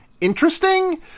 interesting